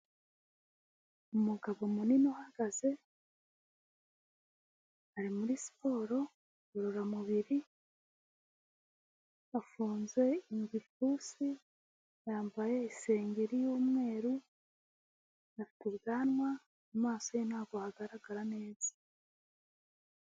Umugabo munini uhagaze ari muri siporo ngororamubiri, afunze igipfunsi, yambaye isengeri y'umweru, afite ubwanwa, mu maso ye ntabwo hagaragara neza.